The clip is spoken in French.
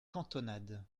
cantonade